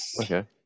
Okay